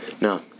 No